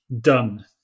done